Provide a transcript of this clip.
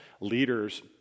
Leaders